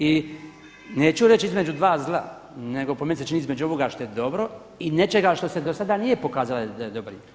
I neću reći između dva zla, nego po meni se čini između ovoga što je dobro i nečega što se do sada nije pokazalo da je dobro.